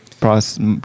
process